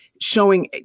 showing